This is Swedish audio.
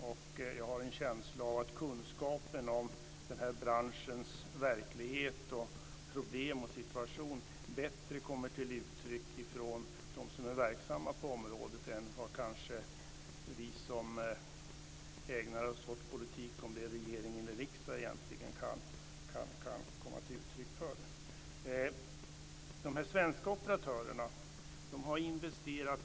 Jag har en känsla av att det finns en större kunskap om den här branschens verklighet, problem och situation hos dem som är verksamma på området än hos oss som ägnar oss åt politik, vare sig det gäller regering eller riksdag.